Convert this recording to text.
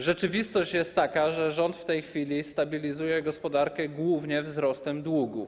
Rzeczywistość jest taka, że rząd w tej chwili stabilizuje gospodarkę głównie przez wzrost długu.